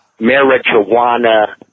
marijuana